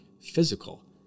physical